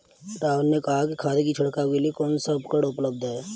राहुल ने कहा कि खाद की छिड़काव के लिए कौन सा उपकरण उपलब्ध है?